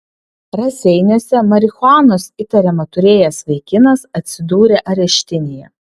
raseiniuose marihuanos įtariama turėjęs vaikinas atsidūrė areštinėje